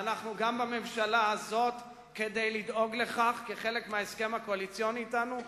אנחנו גם בממשלה הזאת כדי לדאוג לכך כחלק מההסכם הקואליציוני אתנו,